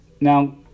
Now